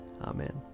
Amen